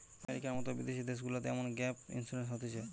আমেরিকার মতো বিদেশি দেশগুলাতে এমন গ্যাপ ইন্সুরেন্স হতিছে